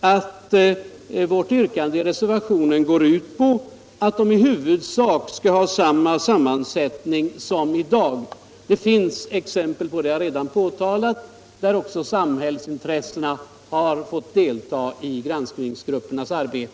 att vårt yrkande i reservationen går ut på att de i huvudsak skall ha samma sammansättning som i dag. Det finns, som jag redan påtalat, exempel på att också samhällsintressena har fått delta i granskningsgruppernas arbete.